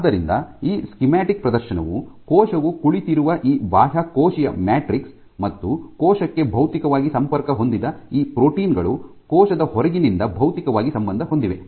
ಆದ್ದರಿಂದ ಈ ಸ್ಕೀಮ್ಯಾಟಿಕ್ ಪ್ರದರ್ಶನವು ಕೋಶವು ಕುಳಿತಿರುವ ಈ ಬಾಹ್ಯಕೋಶೀಯ ಮ್ಯಾಟ್ರಿಕ್ಸ್ ಮತ್ತು ಕೋಶಕ್ಕೆ ಭೌತಿಕವಾಗಿ ಸಂಪರ್ಕ ಹೊಂದಿದ ಈ ಪ್ರೋಟೀನ್ ಗಳು ಕೋಶದ ಹೊರಗಿನೊಂದಿಗೆ ಭೌತಿಕವಾಗಿ ಸಂಬಂಧ ಹೊಂದಿವೆ